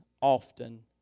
often